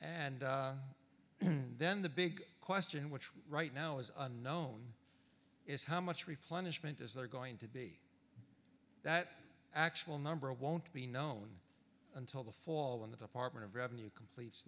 and then the big question which right now is unknown is how much replenishment is there going to be that actual number won't be known until the fall when the department of revenue completes